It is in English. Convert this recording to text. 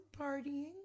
partying